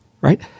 right